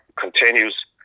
continues